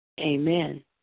Amen